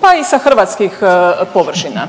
pa i sa hrvatskih površina.